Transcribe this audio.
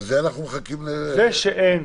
זה שאין,